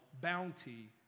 bounty